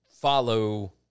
follow